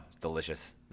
Delicious